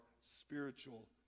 spiritual